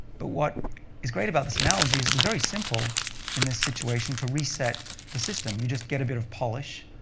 but what is great about this analogy is it's very simple in this situation to reset the system. you just get a bit of polish.